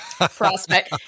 prospect